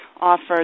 offered